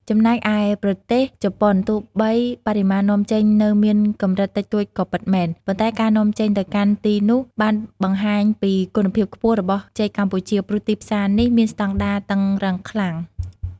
ចំណែកឯប្រទេសជប៉ុន ទោះបីបរិមាណនាំចេញនៅមានកម្រិតតិចតួចក៏ពិតមែន ប៉ុន្តែការនាំចេញទៅកាន់ទីនោះបានបង្ហាញពីគុណភាពខ្ពស់របស់ចេកកម្ពុជា ព្រោះទីផ្សារនេះមានស្តង់ដារតឹងរ៉ឹងខ្លាំង។